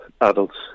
adults